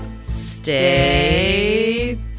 Stay